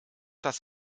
das